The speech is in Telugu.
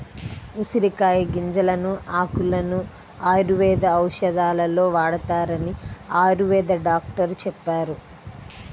ఉసిరికాయల గింజలను, ఆకులను ఆయుర్వేద ఔషధాలలో వాడతారని ఆయుర్వేద డాక్టరు చెప్పారు